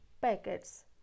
packets